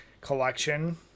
collection